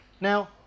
Now